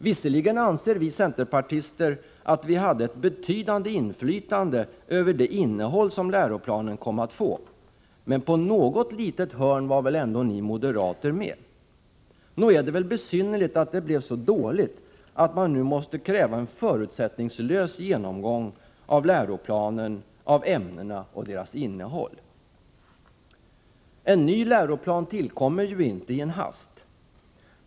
Visserligen anser vi centerpartister att vi hade ett betydande inflytande över det innehåll som läroplanen kom att få, men på något litet hörn var väl ändå ni moderater med? Nog är det väl besynnerligt att den blev så dålig, att man nu måste kräva en förutsättningslös genomgång av ämnena och deras innehåll? En ny läroplan tillkommer ju inte i en hast.